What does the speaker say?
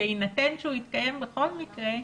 בהינתן שהוא יתקיים בכל מקרה,